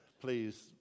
Please